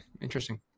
Interesting